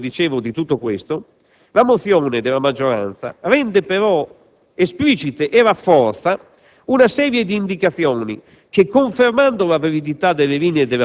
Prendendo positivamente atto - come dicevo - di tutto questo, la mozione della maggioranza rende però esplicita e rafforza una serie di indicazioni che,